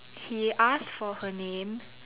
he asked for her name